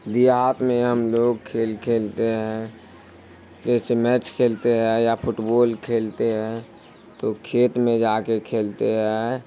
دیہات میں ہم لوگ کھیل کھیلتے ہیں جیسے میچ کھیلتے ہیں یا فٹ بال کھیلتے ہیں تو کھیت میں جا کے کھیلتے ہیں